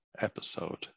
episode